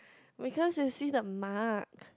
we can't to see the mark